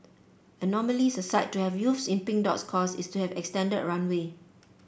anomalies aside to have youths in Pink Dot's cause is to have an extended runway